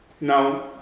Now